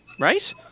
Right